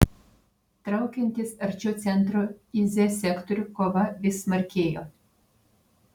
traukiantis arčiau centro į z sektorių kova vis smarkėjo